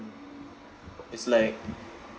it's like